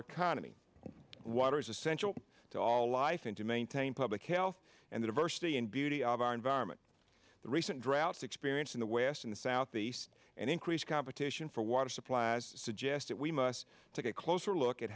economy water is essential to all life and to maintain public health and the diversity and beauty of our environment the recent droughts experience in the west in the southeast and increased competition for water supplies suggest that we must take a closer look at